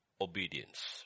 obedience